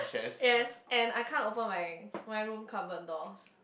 yes and I can't open my my room cupboard door